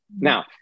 Now